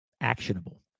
actionable